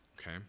Okay